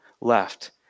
left